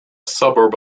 suburb